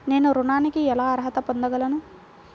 నేను ఋణానికి ఎలా అర్హత పొందగలను?